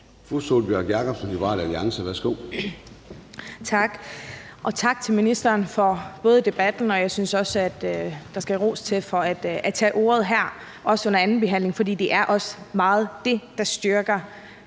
Sólbjørg Jakobsen (LA): Tak, og tak til ministeren for debatten. Jeg synes også, at der skal ros til for at tage ordet her, også under andenbehandlingen, for det er også meget det, der styrker